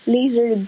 Laser